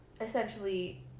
essentially